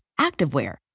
activewear